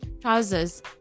trousers